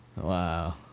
Wow